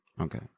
Okay